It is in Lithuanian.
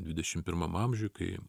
dvidešimt pirmam amžiuj kai